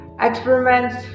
Experiments